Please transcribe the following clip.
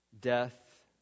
death